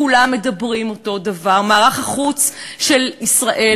כולם מדברים אותו דבר: מערך החוץ של ישראל